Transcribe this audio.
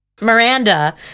Miranda